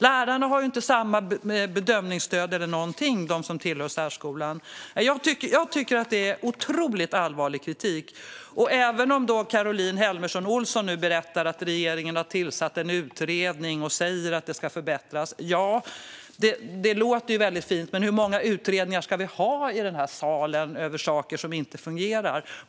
Lärarna i särskolan har inte samma bedömningsstöd. Det är otroligt allvarlig kritik. Caroline Helmersson Olsson berättar att regeringen har tillsatt en utredning och säger att det ska förbättras. Ja, det låter fint, men hur många utredningar ska vi ha i salen över saker som inte fungerar?